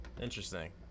Interesting